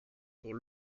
pour